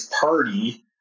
party